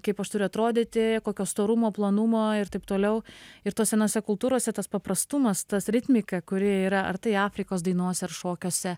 kaip aš turiu atrodyti kokio storumo plonumo ir taip toliau ir to senose kultūrose tas paprastumas tas ritmika kuri yra ar tai afrikos dainose ar šokiuose